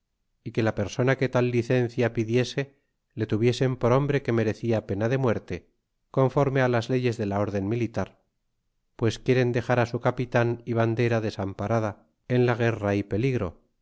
y que la persona que tal licencia pidiese le tuviesen por hombre que merecia pena de muerte conforme las leyes de la órden militar pues quieren dexar su capitan y bandera desamparada es en la guerra y peligro